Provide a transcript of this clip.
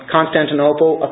Constantinople